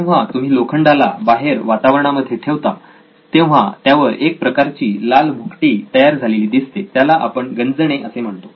जेव्हा तुम्ही लोखंडाला बाहेर वातावरणामध्ये ठेवता तेव्हा त्यावर एक प्रकारची लाल भुकटी तयार झालेली दिसते त्याला आपण गंजणे असे म्हणतो